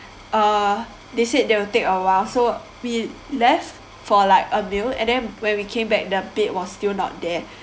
uh they said they will take awhile so we left for like a meal and then when we came back the bed was still not there